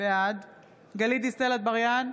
בעד גלית דיסטל אטבריאן,